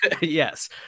Yes